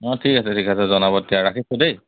অঁ ঠিক আছে ঠিক আছে জনাব তেতিয়া ৰাখিছোঁ দেই